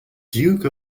duke